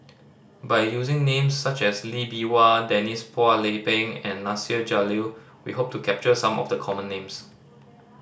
by using names such as Lee Bee Wah Denise Phua Lay Peng and Nasir Jalil we hope to capture some of the common names